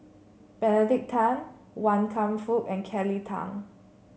Benedict Tan Wan Kam Fook and Kelly Tang